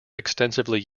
extensively